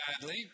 sadly